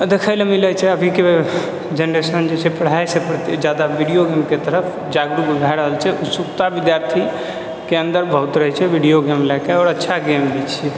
आओर देखैलए मिलै छै अभीके जनरेशन जे छै से पढ़ाइसँ ज्यादा वीडिओ गेमके तरफ जागरूक भए रहल छै उत्सुकता विद्यार्थीके अन्दर बहुत रहै छै वीडिओ गेम लऽ कऽ आओर अच्छा गेम ई छिए